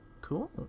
Cool